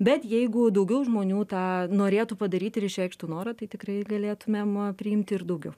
bet jeigu daugiau žmonių tą norėtų padaryti ir išreikštų norą tai tikrai galėtumėm priimti ir daugiau